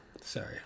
sorry